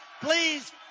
please